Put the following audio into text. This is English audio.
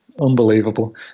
Unbelievable